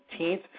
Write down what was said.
18th